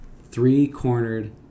three-cornered